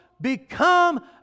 become